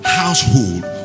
household